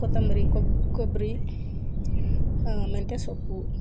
ಕೊತ್ತಂಬರಿ ಕೊಬ್ ಕೊಬ್ಬರಿ ಮೆಂತ್ಯ ಸೊಪ್ಪು